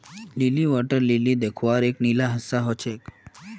नीली water lily दख्वार नीला रंगेर हिस्सा ह छेक